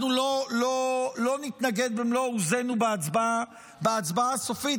אנחנו לא נתנגד במלואו עוזנו בהצבעה הסופית,